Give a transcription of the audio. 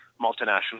multinational